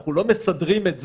אנחנו לא מסדרים את זה,